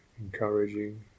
encouraging